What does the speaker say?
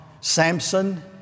Samson